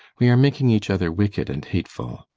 we are making each other wicked and hateful.